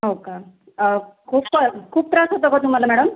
हो का खूप खूप त्रास होतो का तुम्हाला मॅडम